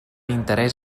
interès